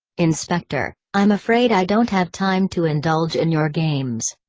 inspector, i'm afraid i don't have time to indulge in your games.